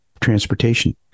transportation